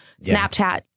Snapchat